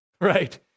right